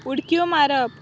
उडक्यो मारप